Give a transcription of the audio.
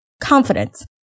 Confidence